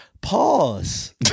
Pause